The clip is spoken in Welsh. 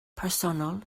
personol